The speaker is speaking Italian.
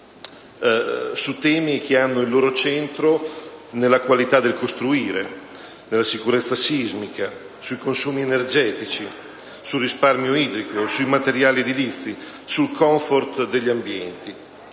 su temi che hanno il loro centro nella qualità del costruire, nella sicurezza sismica, nei consumi energetici, nel risparmio idrico, nei materiali edilizi, nel *comfort* degli ambienti.